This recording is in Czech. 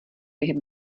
bych